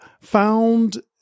found